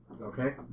Okay